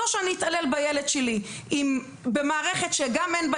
זה או שאני אתעלל בילד שלי במערכת שגם אין בה